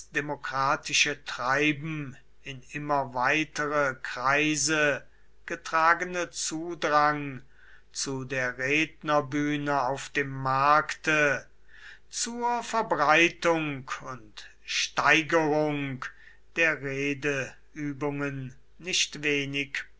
demokratische treiben in immer weitere kreise getragene zudrang zu der rednerbühne auf dem markte zur verbreitung und steigerung der redeübungen nicht wenig